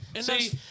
See